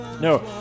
No